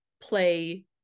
play